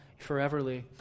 foreverly